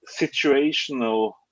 situational